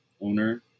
owner